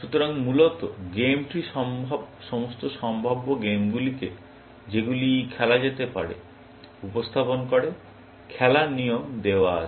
সুতরাং মূলত game tree সমস্ত সম্ভাব্য গেমগুলিকে যেগুলি খেলা যেতে পারে উপস্থাপন করে খেলার নিয়ম দেওয়া আছে